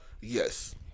Yes